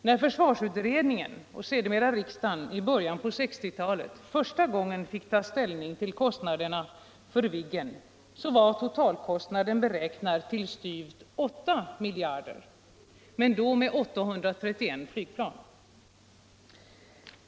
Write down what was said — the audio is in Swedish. När försvarsutredningen och sedermera riksdagen i början på 1960-talet första gången fick ta ställning till kostnadsplanerna för Viggen var totalkostnaden beräknad till styvt 8 miljarder — men då med 831 flygplan.